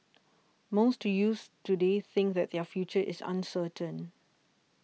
most to youths today think that their future is uncertain